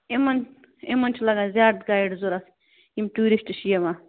یِمن یِمن چھُ لگان زیادٕ گایِڈ ضروٗرت یم ٹیٛوٗرسٹہٕ چھِ یوان